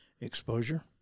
exposure